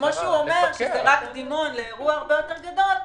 כמו שהוא אומר שזה רק קדימון לאירוע הרבה יותר גדול,